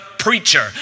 preacher